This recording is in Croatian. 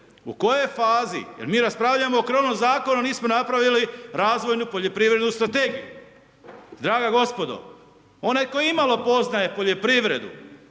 je fazi, jer mi raspravljamo o krovnom zakonu, a nismo napravili razvojnu poljoprivrednu strategiju. Draga gospodo, onaj koji imalo poznaje poljoprivredu